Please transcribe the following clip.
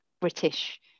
British